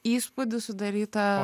įspūdį sudarytą